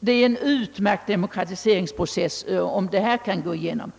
Det är en utmärkt demokratiseringsprocess, om det blir på detta sätt.